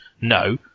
No